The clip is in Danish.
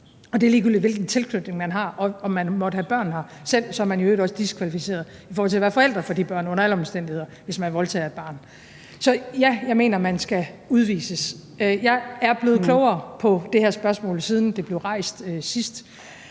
og det er ligegyldigt, hvilken tilknytning man har, og om man selv måtte have børn her. Så er man i øvrigt under alle omstændigheder også diskvalificeret i forhold til at være forældre for de børn, hvis man voldtager et barn. Så ja, jeg mener, at man skal udvises. Jeg er blevet klogere på det her spørgsmål, siden det blev rejst sidst,